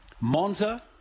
Monza